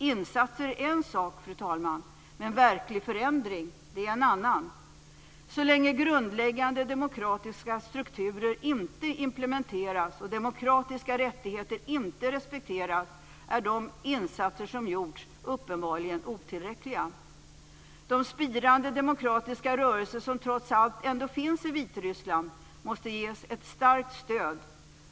Insatser är en sak, fru talman, men verklig förändring är en annan. Så länge grundläggande demokratiska strukturer inte implementeras och demokratiska rättigheter inte respekteras är de insatser som gjorts uppenbarligen otillräckliga. De spirande demokratiska rörelser som trots allt ändå finns i Vitryssland måste ges ett starkt stöd.